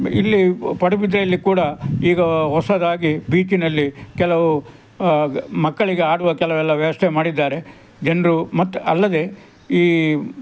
ಇಲ್ಲಿ ಪ್ ಪಡುಬಿದ್ರೆಯಲ್ಲಿ ಕೂಡ ಈಗ ಹೊಸದಾಗಿ ಬೀಚಿನಲ್ಲಿ ಕೆಲವು ಮಕ್ಕಳಿಗೆ ಆಡುವ ಕೆಲವೆಲ್ಲ ವ್ಯವಸ್ಥೆ ಮಾಡಿದ್ದಾರೆ ಜನರು ಮತ್ತು ಅಲ್ಲದೆ ಈ